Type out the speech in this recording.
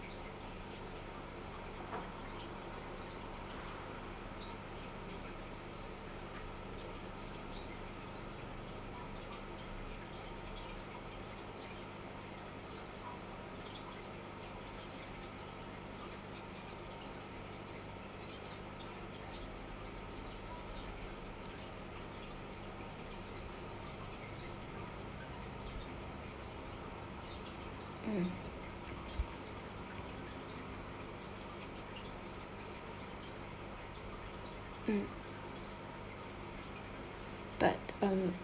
mm mm but um